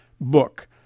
book